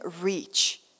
reach